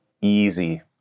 easy